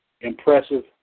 Impressive